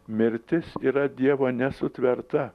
mirtis yra dievo nesutverta